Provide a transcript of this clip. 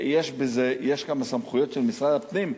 יש כמה סמכויות של משרד הפנים.